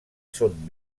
son